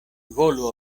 volu